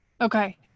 okay